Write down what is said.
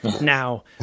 Now